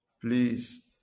please